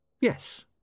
Yes